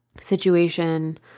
situation